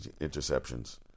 interceptions